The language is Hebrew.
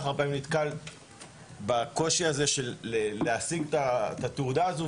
הרבה פעמים נתקל בקושי הזה של להשיג את התעודה הזו,